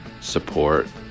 Support